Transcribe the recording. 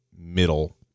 middle